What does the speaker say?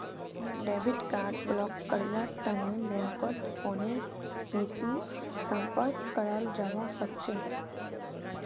debit card block करव्वार तने बैंकत फोनेर बितु संपर्क कराल जाबा सखछे